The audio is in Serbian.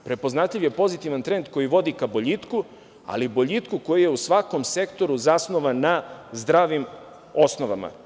Prepoznatljiv je pozitivan trend koji vodi ka boljitku, ali boljitku koji je u svakom sektoru zasnovan na zdravim osnovama.